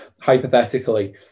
hypothetically